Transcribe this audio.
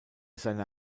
seine